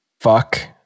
fuck